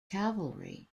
cavalry